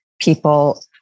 people